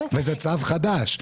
זה צו חדש.